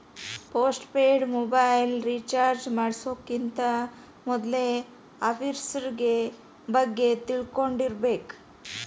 post paid mobile recharge ಮಾಡ್ಸೋಕ್ಕಿಂತ ಮೊದ್ಲಾ offers ಬಗ್ಗೆ ತಿಳ್ಕೊಂಡಿರ್ಬೇಕ್